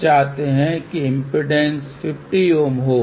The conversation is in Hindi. हम चाहते हैं कि इम्पीडेन्स 50 Ω हो